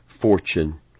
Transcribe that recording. fortune